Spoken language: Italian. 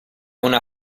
una